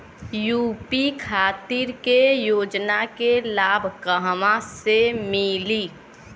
UP खातिर के योजना के लाभ कहवा से मिली?